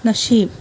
नशीब